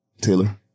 Taylor